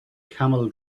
camel